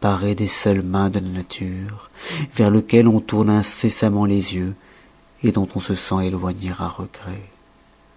paré des seules mains de la nature vers lequel on tourne incessamment les yeux dont on se sent éloigner à regret